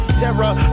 terror